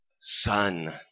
son